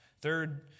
Third